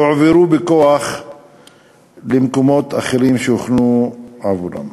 והועברו בכוח למקומות אחרים שהוכנו עבורם.